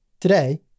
Today